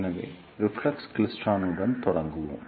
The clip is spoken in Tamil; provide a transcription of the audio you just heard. எனவே ரிஃப்ளெக்ஸ் கிளைஸ்ட்ரானுடன் தொடங்குவோம்